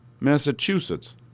Massachusetts